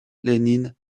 lénine